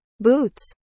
boots